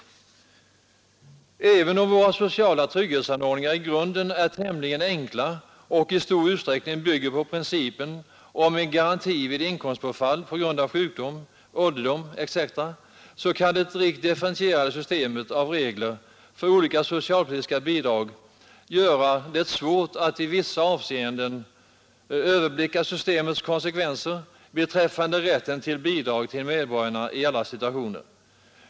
Även om våra sociala trygghetsanordningar i grunden är tämligen enkla och i stor utsträckning bygger på principen om en garanti vid inkomstbortfall på grund av sjukdom, ålderdom etc. kan det rikt differentierade systemet av regler för olika socialpolitiska bidrag göra det svårt att i vissa avseenden överblicka systemets konsekvenser beträffande rätten till bidrag till medborgarna i olika situationer.